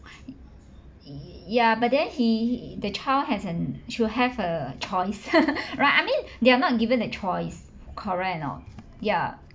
ya but then he the child has an should have a choice right I mean they are not given a choice correct or not ya